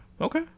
Okay